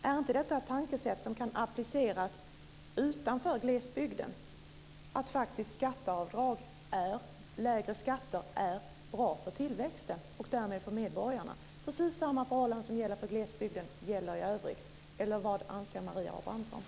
Är inte detta ett tankesätt som kan appliceras utanför glesbygden - att lägre skatter faktiskt är bra för tillväxten och därmed för medborgarna? Precis samma förhållanden som gäller för glesbygden gäller i övrigt. Eller vad anser Marie Engström?